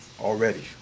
already